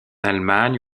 allemagne